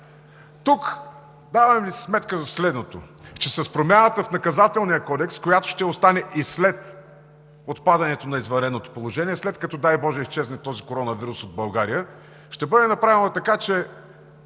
Тук си давам сметка за следното, че с промяната в Наказателния кодекс, която ще остане и след отпадането на извънредното положение, след като, дай боже, изчезне този коронавирус от България, ще бъде направено така, че